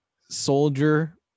Soldier